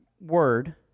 word